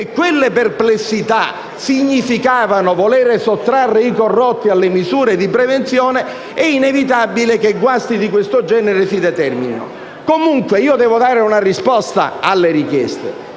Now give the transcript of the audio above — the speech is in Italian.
quelle perplessità significavano voler sottrarre i corrotti alle misure di prevenzione, è inevitabile che guasti di siffatto genere si determinino. Comunque, io devo dare una risposta alle richieste.